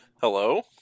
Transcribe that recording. hello